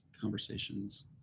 conversations